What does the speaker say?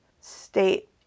state